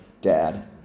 dad